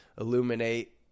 illuminate